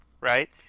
right